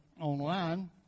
online